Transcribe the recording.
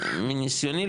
מניסיוני,